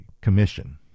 commission